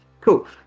cool